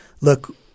look